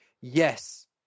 Yes